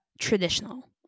Traditional